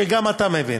שגם אתה מבין,